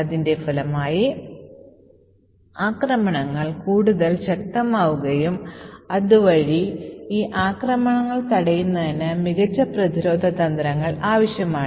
അതിന്റെ ഫലമായി ആക്രമണങ്ങൾ കൂടുതൽ ശക്തമാവുകയും അതുവഴി ഈ ആക്രമണങ്ങൾ തടയുന്നതിന് മികച്ച പ്രതിരോധ തന്ത്രങ്ങൾ ആവശ്യമാണ്